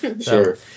sure